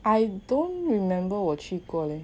I don't remember 我去过 leh